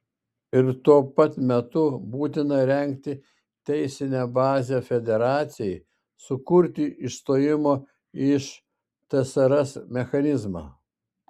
ir tuo pat metu būtina rengti teisinę bazę federacijai sukurti išstojimo iš tsrs mechanizmą